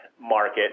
market